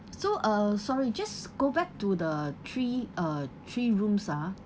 so uh sorry just go back to the three uh three rooms ah